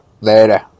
Later